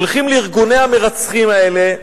הולכים לארגוני המרצחים האלה,